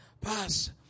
pass